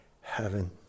heaven